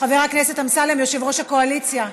חבר הכנסת אמסלם, יושב-ראש הקואליציה.